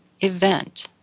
event